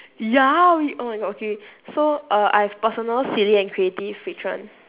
ya we oh my god okay so err I've personal silly and creative which one